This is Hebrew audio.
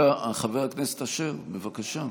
חבר הכנסת אשר, בבקשה.